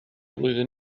flwyddyn